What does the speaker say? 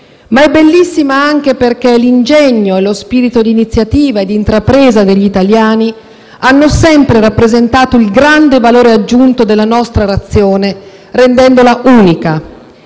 suoi territori, ma anche perché l'ingegno e lo spirito di iniziativa e di intrapresa degli italiani hanno sempre rappresentato il grande valore aggiunto della nostra Nazione, rendendola unica.